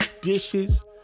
dishes